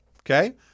Okay